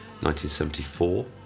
1974